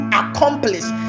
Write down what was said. accomplished